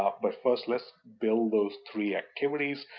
ah but first let's build those three activities,